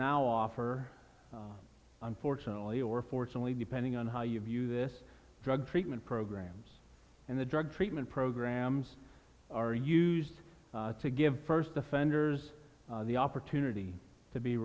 now offer unfortunately or fortunately depending on how you view this drug treatment programs and the drug treatment programs are used to give first offenders the opportunity to be